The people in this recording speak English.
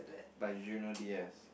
but you know dears